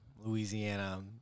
Louisiana